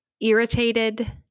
irritated